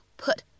put